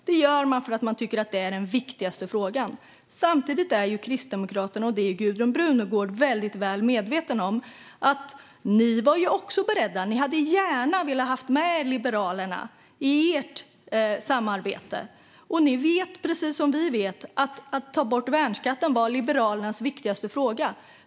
Detta gör man för att man tycker att det är den viktigaste frågan. Samtidigt hade ju ni i Kristdemokraterna gärna velat ha med Liberalerna i ert samarbete, vilket Gudrun Brunegård är väldigt väl medveten om. Ni vet, precis som vi vet, att frågan om att ta bort värnskatten var Liberalernas viktigaste fråga.